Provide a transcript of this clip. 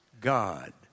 God